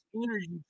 energy